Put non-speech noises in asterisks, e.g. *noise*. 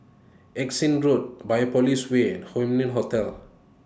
Erskine Road Biopolis Way *unintelligible* Hotel